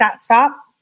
stop